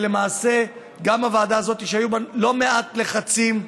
ולמעשה גם הוועדה הזאת, שהיו בה לא מעט לחצים,